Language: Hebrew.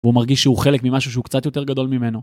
הוא מרגיש שהוא חלק ממשהו שהוא קצת יותר גדול ממנו.